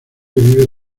vive